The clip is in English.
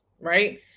right